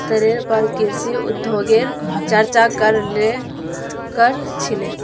स्तरेर पर कृषि उद्योगगेर चर्चा क र छीले